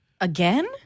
Again